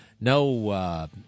No